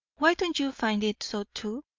why don't you find it so too?